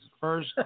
first